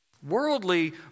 Worldly